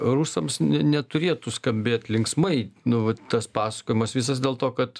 rusams neturėtų skambėt linksmai nu vat tas pasakojimas visas dėl to kad